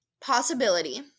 possibility